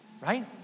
right